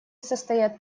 состоят